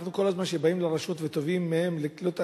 כשאנחנו כל הזמן באים לרשויות ותובעים מהן לקלוט עלייה,